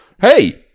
hey